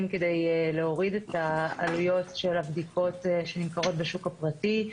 כדי להוריד את עלויות הבדיקות שנמכרות בשוק הפרטי.